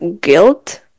guilt